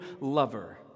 lover